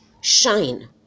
shine